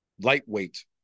lightweight